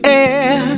air